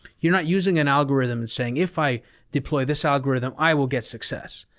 you're not using an algorithm and saying, if i deploy this algorithm, i will get success.